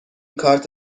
کارت